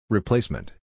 Replacement